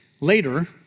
Later